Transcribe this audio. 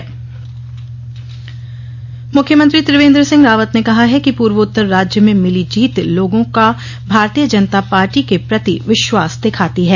मुख्यमंत्री मुख्यमंत्री त्रिवेन्द्र सिंह रावत ने कहा है कि पूर्वोत्तर राज्य में मिली जीत लोगों का भारतीय जनता पार्टी के प्रति विश्वास दिखाती है